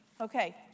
Okay